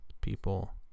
people